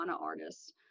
artists